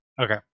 Okay